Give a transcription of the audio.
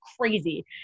crazy